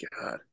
God